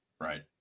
Right